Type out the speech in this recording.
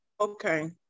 Okay